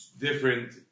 different